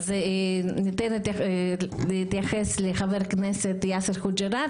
ניתן להתייחס לחבר הכנסת יאסר חוג'יראת